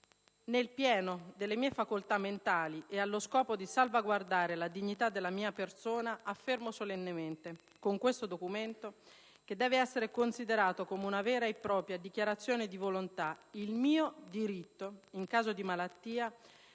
nel pieno delle mie facoltà mentali e allo scopo di salvaguardare la dignità della mia persona, affermo solennemente con questo documento, che deve essere considerato come una vera e propria dichiarazione di volontà, il mio diritto, in caso di malattia,